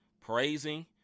praising